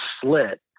slit